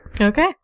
Okay